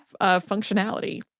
functionality